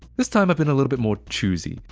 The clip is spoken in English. this time i've been a little bit more choosey.